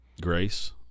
grace